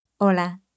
Hola